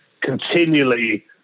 continually